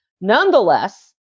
Nonetheless